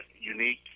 unique